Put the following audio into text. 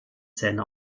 zähne